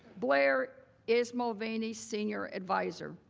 blair is mulvaney's senior advisor,